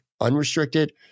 unrestricted